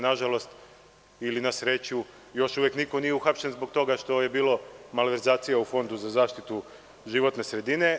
Nažalost ili na sreću još uvek niko nije uhapšen zbog toga što je bilo malverzacija u Fondu za zaštitu životne sredine.